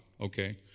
Okay